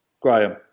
graham